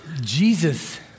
Jesus